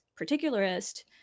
particularist